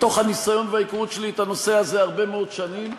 מתוך הניסיון וההיכרות שלי את הנושא הזה הרבה מאוד שנים.